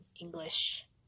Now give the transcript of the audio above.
English